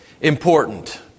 important